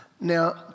Now